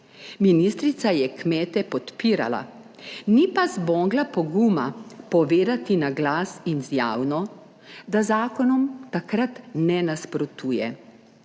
Ministrica je kmete podpirala, ni pa zmogla poguma povedati na glas in z javno, da zakonom takrat ne nasprotuje.